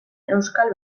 euskal